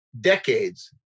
decades